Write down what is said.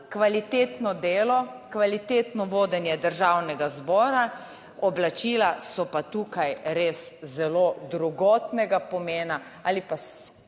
kvalitetno delo, kvalitetno vodenje Državnega zbora, oblačila so pa tukaj res zelo drugotnega pomena ali pa nimajo